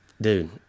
dude